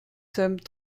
sommes